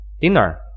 dinner